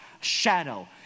shadow